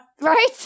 right